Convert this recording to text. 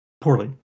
poorly